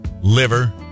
liver